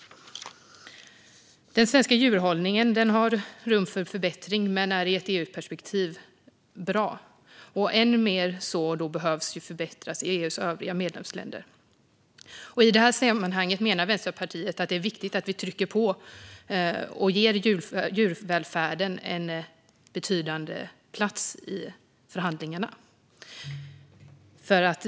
Den svenska djurhållningen har rum för förbättring, men den är i ett EU-perspektiv bra. Och än mer behöver den förbättras i EU:s övriga medlemsländer. I det här sammanhanget menar Vänsterpartiet att det är viktigt att vi trycker på och ger djurvälfärden en betydande plats i förhandlingarna.